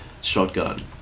shotgun